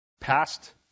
past